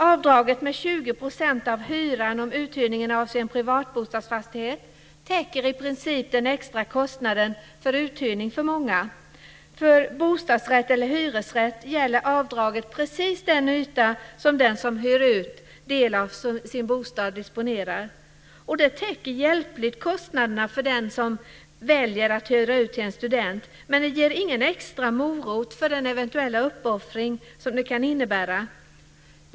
Avdraget med 20 % av hyran om uthyrningen avser en privatbostadsfastighet täcker i princip den extra kostnaden för uthyrning för många. För bostadsrätt eller hyresrätt gäller avdraget precis den yta som den som hyr del av bostad disponerar. Det täcker hjälpligt kostnaderna för den som väljer att hyra ut till en student, men ger ingen extra morot för den eventuella uppoffring det kan innebära.